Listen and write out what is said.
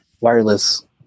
wireless